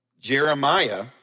Jeremiah